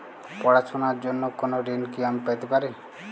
পড়াশোনা র জন্য কোনো ঋণ কি আমি পেতে পারি?